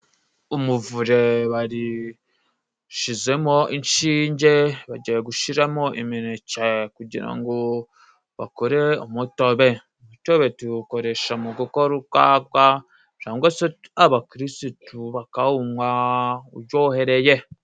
Umuvure barishizemo， inshinge bagiye gushiramo iminece，kugira ngo bakore umutobe. Umutobe tuwukoresha mu gukora urwagwa，cangwa se abakirisitu bakawunwa ujohereye.